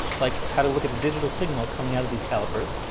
like how to look at the digital signal coming out of these calipers,